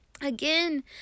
Again